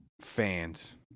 fans